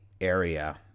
Area